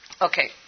Okay